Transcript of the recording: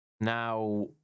Now